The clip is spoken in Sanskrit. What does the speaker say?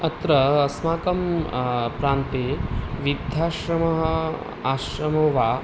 अत्र अस्माकं प्रान्ते वृद्धाश्रमः आश्रमो वा